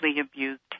abused